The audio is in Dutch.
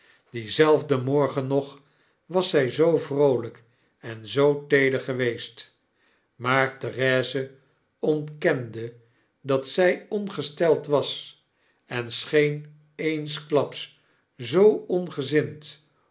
dienzelfden morgen nog was zij zoo vroolgken zoo teeder geweest maar therese ontkende dat zg ongesteld was en scheen eenklaps zoo ongezind